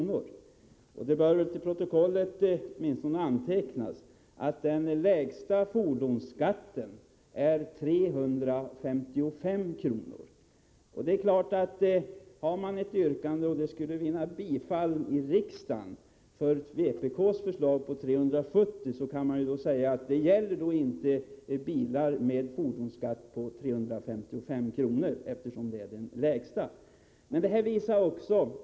Det bör åtminstone till protokollet antecknas att den lägsta fordonsskatten är 355 kr. Om ett yrkande som vpk:s om en kompensation på 370 kr. skulle vinna bifall i riksdagen, kan man säga att det inte skulle gälla bilar med fordonsskatt på 355 kr., eftersom det är den lägsta fordonsskatten.